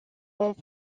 ont